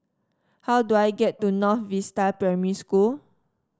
how do I get to North Vista Primary School